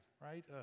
right